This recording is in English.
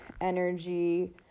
energy